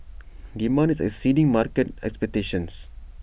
demand is exceeding market expectations